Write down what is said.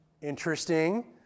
Interesting